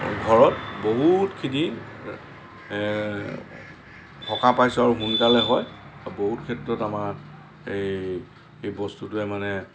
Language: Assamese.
ঘৰত বহুতখিনি সকাহ পাইছো আৰু সোনকালে হয় আৰু বহুত ক্ষেত্ৰত আমাৰ এই এই বস্তুটোৱে মানে